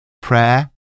prayer